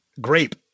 grape